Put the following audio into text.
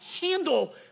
handle